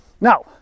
Now